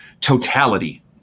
totality